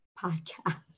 podcast